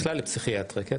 בכלל לפסיכיאטריה,